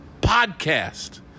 podcast